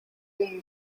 being